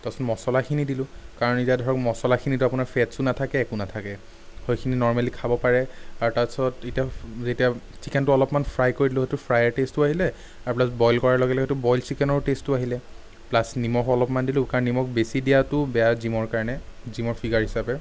তাৰপিছত মচলাখিনি দিলোঁ কাৰণ এতিয়া ধৰক মচলাখিনিত আপোনাৰ ফেটছো নাথাকে একো নাথাকে সেইখিনি নৰ্মেলি খাব পাৰে আৰু তাৰপাছত এতিয়া যেতিয়া চিকেনটো অলপমান ফ্ৰাই কৰি দিলোঁ সেইটো ফ্ৰাইৰ টেষ্টো আহিলে আৰু প্লাছ বইল কৰাৰ লগে লগে সেইটো ব্ৰইল চিকেনৰ টেষ্টো আহিলে প্লাছ নিমখ অলপমান দিলোঁ কাৰণ নিমখ বেছি দিয়াতো বেয়া জিমৰ কাৰণে জিমৰ ফিগাৰ হিচাপে